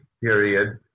period